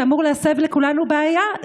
שאמור להסב לכולנו בעיה,